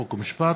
חוק ומשפט.